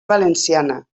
valenciana